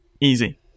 easy